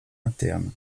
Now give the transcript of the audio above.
internes